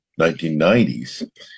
1990s